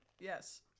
Yes